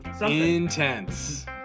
intense